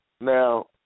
Now